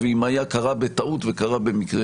ואם היה קרה בטעות וקרה במקרה